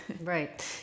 Right